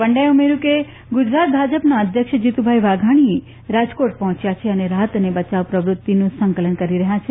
પંડ્યાએ ઉમેર્યું કે ગુજરાત ભાજપના અધ્યક્ષ જીતુભાઇ વાઘાણીએ રાજકોટમાં કેમ્પ કર્યો છે અને તેઓ રાહત અને બચાવ પ્રવૃતિનું સંકલન કરી રહ્યા છે